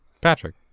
Patrick